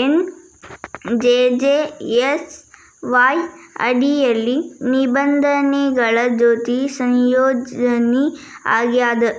ಎನ್ನಾ ಜೆ.ಜೇ.ಎಸ್.ವಾಯ್ ಅಡಿಯಲ್ಲಿ ನಿಬಂಧನೆಗಳ ಜೊತಿ ಸಂಯೋಜನಿ ಆಗ್ಯಾದ